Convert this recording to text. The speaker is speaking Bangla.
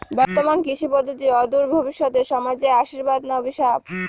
বর্তমান কৃষি পদ্ধতি অদূর ভবিষ্যতে সমাজে আশীর্বাদ না অভিশাপ?